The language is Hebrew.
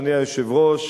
אדוני היושב-ראש,